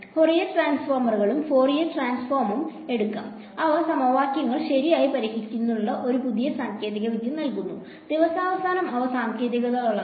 Fourier ട്രാൻസ്ഫോമുകളും എടുക്കാം അവ സമവാക്യങ്ങൾ ശരിയായി പരിഹരിക്കുന്നതിനുള്ള ഒരു പുതിയ സാങ്കേതിക വിദ്യ നൽകുന്നു ദിവസാവസാനം അവ സാങ്കേതികതകളാണ്